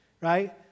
right